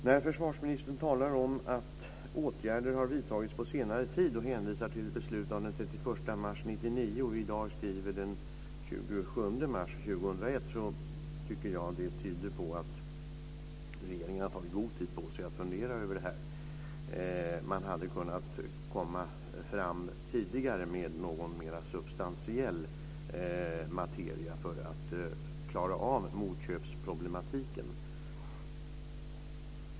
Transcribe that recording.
När försvarsministern talar om att åtgärder har vidtagits på senare tid och hänvisar till ett beslut av den 31 mars 1999 och vi i dag skriver den 27 mars 2001 tycker jag att det tyder på att regeringen har tagit god tid på sig att fundera över detta. Man hade kunnat komma fram tidigare med någon mera substantiell materia för att klara av motköpsproblematiken.